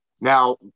Now